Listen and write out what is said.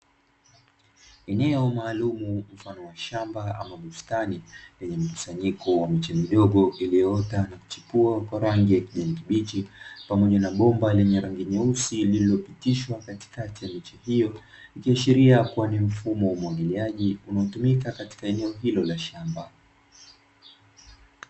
Eneo maalumu mfano wa shamba ama bustani, lenye mkusanyiko wa miche midogo iliyoota na kuchipua kwa rangi ya kijani kibichi, pamoja na bomba lenye rangi nyeusi lililopitishwa katikati ya miche hiyo, ikiashiria kuwa ni mfumo wa umwagiliaji unaotumika katika eneo la shamba.